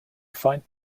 find